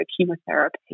chemotherapy